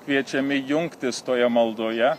kviečiami jungtis toje maldoje